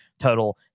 total